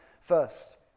first